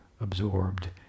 absorbed